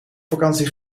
vakantie